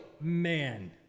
man